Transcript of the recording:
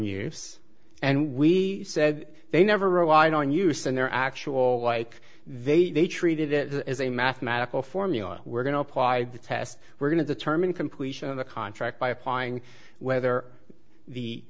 use and we said they never relied on use in their actual like they treated it as a mathematical formula we're going to apply the test we're going to determine completion of the contract by applying whether the